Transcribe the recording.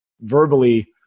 verbally